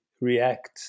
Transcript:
react